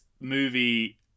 movie